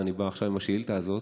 ואני בא עכשיו עם השאילתה הזאת.